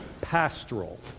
pastoral